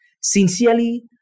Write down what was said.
sincerely